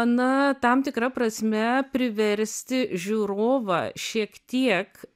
na tam tikra prasme priversti žiūrovą šiek tiek